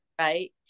right